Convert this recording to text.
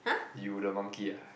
you the monkey ah